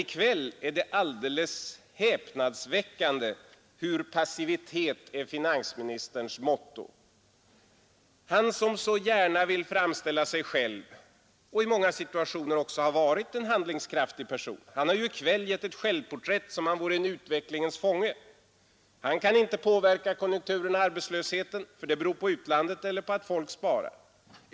I kväll är det alldeles häpnadsväckande hur passivitet är finansministerns motto. Han som så gärna vill framställa sig som — och i många situationer också har varit det — en handlingskraftig person har ju i kväll gett ett självporträtt som han vore en utvecklingens fånge. Han kan inte påverka konjunkturen eller arbetslösheten — den beror på utlandet eller på att folk sparar.